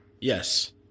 Yes